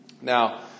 Now